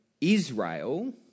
Israel